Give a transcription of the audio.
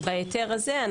בהיתר הזה,